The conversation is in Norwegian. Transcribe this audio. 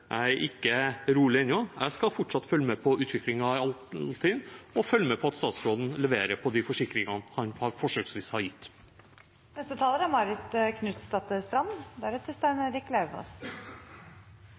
jeg er ikke rolig ennå. Jeg skal fortsatt følge med på utviklingen i Altinn, og jeg skal følge med på at statsråden leverer på de forsikringene han forsøksvis har gitt. Næring, verdiskaping og arbeidsplasser er